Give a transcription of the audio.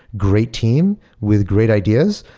great team with great ideas,